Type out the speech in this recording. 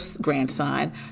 grandson